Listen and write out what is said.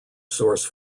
source